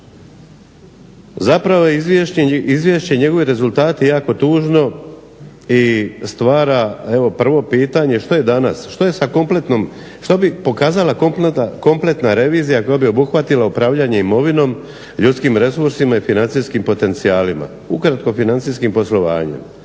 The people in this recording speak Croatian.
Zapravo Izvješće i njegovi rezultati jako tužno i stvara evo prvo pitanje što je danas, što je sa kompletnom, što bi pokazala kompletna revizija koja bi obuhvatila upravljanje imovinom, ljudskim resursima i financijskim potencijalima, ukratko financijskim poslovanjem.